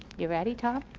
you ready tom?